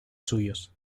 suyos